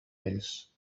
ells